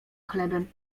chlebem